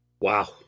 Wow